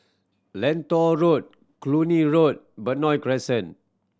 Lentor Road Cluny Road Benoi Crescent